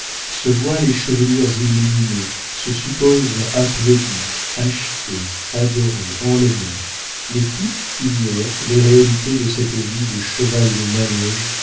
se voient les chevelures illuminées se supposent applaudies achetées adorées enlevées mais toutes ignorent les réalités de cette vie de cheval de manége